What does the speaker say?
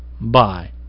Bye